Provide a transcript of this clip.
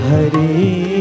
Hari